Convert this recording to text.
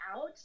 out